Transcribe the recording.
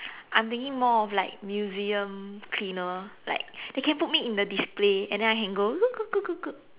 I'm thinking more of like museum cleaner like they can put me in the display and then I can go